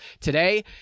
today